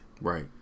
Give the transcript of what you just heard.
Right